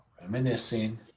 Reminiscing